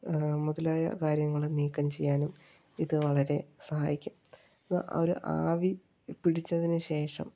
മുതലായ കാര്യങ്ങളെ നീക്കം ചെയ്യാനും ഇത് വളരെ സഹായിക്കും അത് ആ ഒരു ആവി പിടിച്ചതിന് ശേഷം